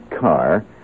car